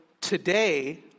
today